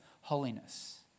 holiness